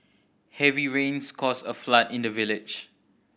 heavy rains caused a flood in the village